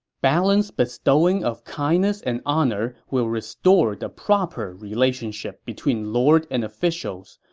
balanced bestowing of kindness and honor will restore the proper relationship between lord and officials,